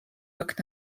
как